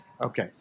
Okay